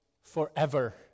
forever